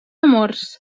amors